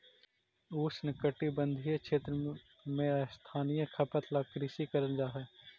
उष्णकटिबंधीय क्षेत्र में स्थानीय खपत ला कृषि करल जा हई